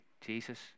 Jesus